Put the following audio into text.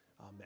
Amen